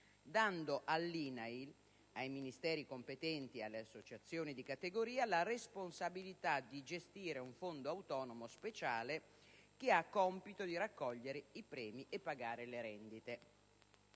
dando all'INAIL, ai Ministeri competenti e alle associazioni di categoria la responsabilità di gestire un fondo autonomo speciale che ha il compito di raccogliere i premi e pagare le rendite.